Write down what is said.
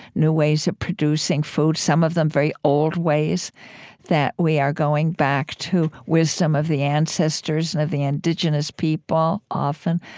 new ways of producing food, some of them very old ways that we are going back to, wisdom of the ancestors and of the indigenous people, often,